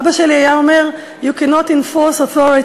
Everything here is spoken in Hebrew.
אבא שלי היה אומר: you cannot enforce authority,